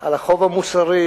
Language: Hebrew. על החוב המוסרי,